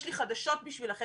יש לי חדשות בשבילכם.